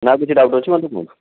ନା ଆଉ କିଛି ଡାଉଟ୍ ଅଛି ମୋତେ କୁହନ୍ତୁ